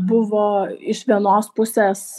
buvo iš vienos pusės